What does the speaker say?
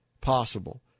possible